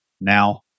now